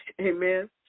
Amen